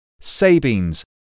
Sabines